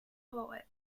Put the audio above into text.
poet